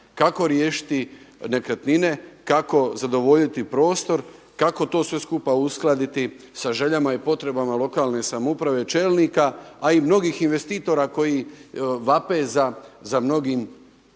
kako riješiti nekretnine, kako zadovoljiti prostor, kako to sve skupa uskladiti sa željama i potrebama lokalne samouprave i čelnika a i mnogih investitora koji vape za mnogim